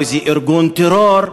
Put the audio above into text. או איזה ארגון טרור,